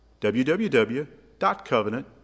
www.covenant